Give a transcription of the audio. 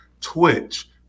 Twitch